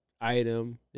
item